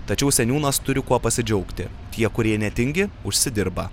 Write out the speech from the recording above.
tačiau seniūnas turi kuo pasidžiaugti tie kurie netingi užsidirba